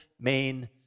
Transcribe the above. main